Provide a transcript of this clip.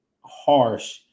harsh